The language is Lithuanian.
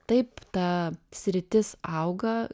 taip ta sritis auga